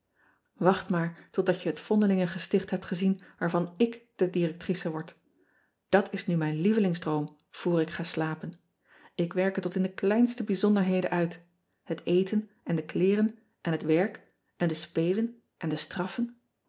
acht maar totdat je het vondelingengesticht hebt gezien waarvan ik de directrice word at is nu mijn lievelingsdroom vr ik ga slapen k werk het tot in de kleinste bijzonderheden uit het eten en de kleeren en het werk en de spelen en de straffen